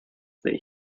that